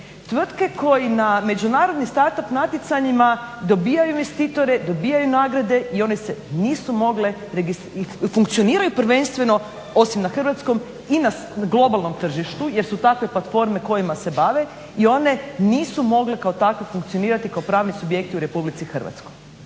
tvrtke koje na međunarodni start-up natjecanjima dobivaju investitore, dobivaju nagrade i one se nisu mogle, funkcioniraju prvenstveno osim na hrvatskom i na globalnom tržištu jer su takve platforme kojima se bave i one nisu mogle kao takve funkcionirati kao pravni subjekti u Republici Hrvatskoj.